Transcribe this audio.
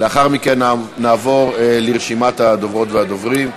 לאחר מכן נעבור לרשימת הדוברות והדוברים.